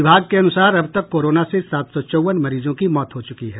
विभाग के अनुसार अब तक कोरोना से सात सौ चौवन मरीजों की मौत हो चुकी है